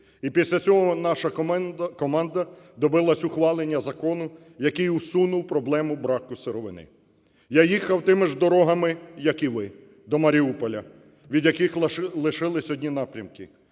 І після цього наша команда добилась ухвалення закону, який усунув проблему браку сировини. Я їхав тими ж дрогами, як і ви до Маріуполя, від яких лишились одні напрямки.